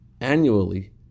annually